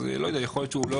אז יכול להיות שהוא לא